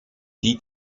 die